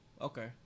okay